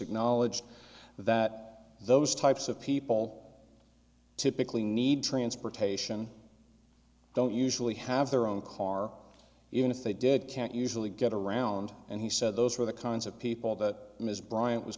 acknowledged that those types of people typically need transportation don't usually have their own car even if they did can't usually get around and he said those are the kinds of people that ms bryant was